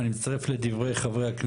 אני מצטרף לדברי חבריי,